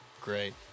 great